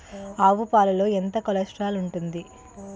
ఆవు పాలలో ఎంత కొలెస్ట్రాల్ ఉంటుంది?